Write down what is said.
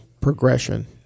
progression